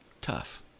tough